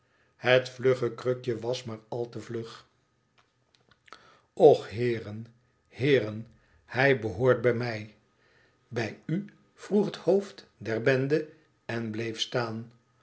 het vlugge krukje was maar al te vlug och heeren heeren hij behoort bij mijl t bij u vroeg het hoofd der bende en bleef staan